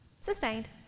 sustained